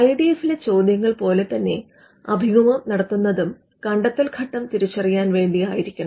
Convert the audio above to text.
I D എഫിലെ ചോദ്യങ്ങൾ പോലെ തന്നെ അഭിമുഖം നടത്തുന്നതും കണ്ടെത്തൽ ഘട്ടം തിരിച്ചറിയാൻ വേണ്ടിയായിരിക്കണം